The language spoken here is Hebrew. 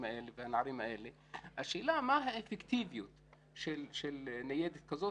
מה האפקטיביות של ניידת כזאת?